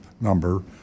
number